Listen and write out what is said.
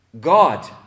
God